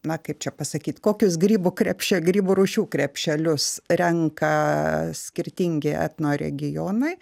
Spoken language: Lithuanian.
na kaip čia pasakyt kokius grybų krepše grybų rūšių krepšelius renka skirtingi etno regionai